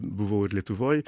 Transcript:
buvau ir lietuvoj